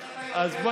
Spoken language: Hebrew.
אז,